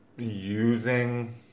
Using